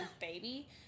baby